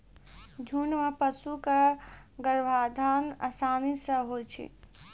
झुंड म पशु क गर्भाधान आसानी सें होय छै